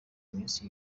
munsi